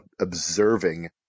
observing